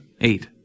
Eight